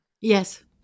Yes